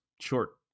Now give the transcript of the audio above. short